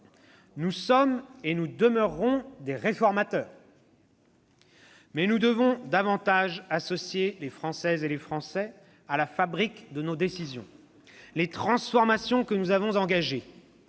Nous sommes et nous demeurerons des réformateurs, mais nous devons davantage associer les Français à la fabrique de nos décisions. Les transformations que nous avons engagées,